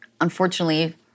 Unfortunately